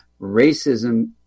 racism